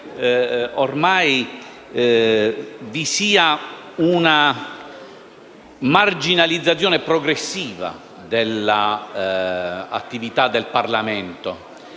ormai vi sia una marginalizzazione progressiva dell'attività del Parlamento,